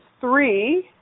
three